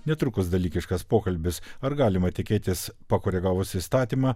netrukus dalykiškas pokalbis ar galima tikėtis pakoregavus įstatymą